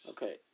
Okay